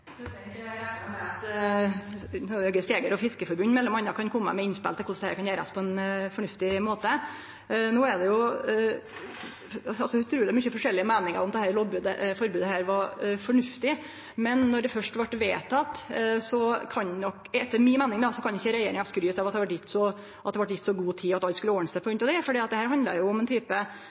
at m.a. Norges Jeger- og Fiskerforbund kan kome med innspel til korleis dette kan gjerast på ein fornuftig måte. No er det utruleg mange forskjellige meiningar om om dette forbodet var fornuftig, men når det først vart vedteke, kan ikkje regjeringa etter mi meining skryte av at det vart gjeve så god tid at alt skulle ordne seg på grunn av det. Dette handlar jo om ein type